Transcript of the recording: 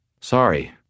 Sorry